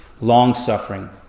long-suffering